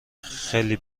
خیلی